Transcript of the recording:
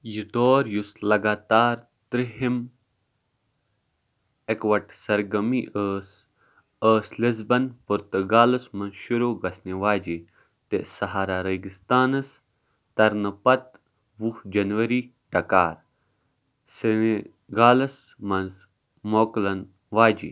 یہِ دور یُس لگاتار ترٛہِم ایکوَٹ سرگمی ٲس ٲس لِزبن پُرتگالس منٛز شُروع گژھنہِ واجہِ تہِ سہارا ریگِستانس ترنہٕ پتہٕ وُہ جنؤری ٹکار سنگالس منٛز موکلَن واجہِ